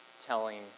telling